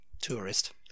tourist